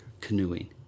canoeing